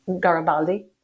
Garibaldi